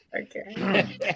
Okay